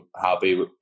happy